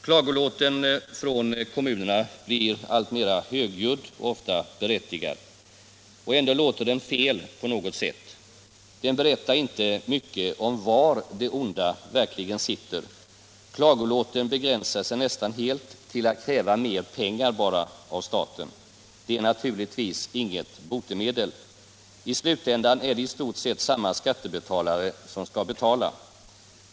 Klagolåten från kommunerna blir alltmera högljudd och är ofta berättigad. Och ändå låter den fel på något sätt; den berättar inte mycket om var det onda verkligen sitter. Klagolåten begränsar sig nästan helt till att kräva mer pengar av staten. Det är naturligtvis inget botemedel. I slutändan är det i stort sett samma skattebetalare som skall betala.